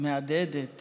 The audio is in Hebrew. מהדהדת